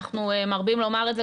אנחנו מרבים לומר את זה,